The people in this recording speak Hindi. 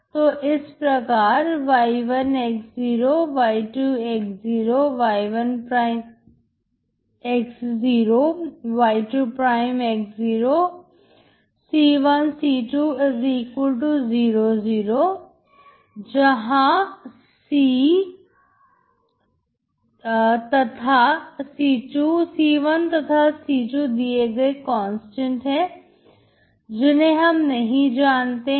तो इस प्रकारy1 y2 y1 y2 c1 c2 0 0 जहां c1 तक c2 दिए गए कांस्टेंट है जिन्हें हम नहीं जानते हैं